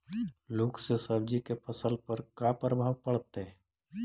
लुक से सब्जी के फसल पर का परभाव पड़तै?